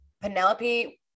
Penelope